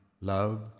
Love